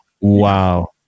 Wow